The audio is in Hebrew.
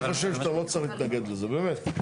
אני חושב שאתה לא צריך להתנגד לזה, באמת.